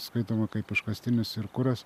skaitoma kaip iškastinis ir kuras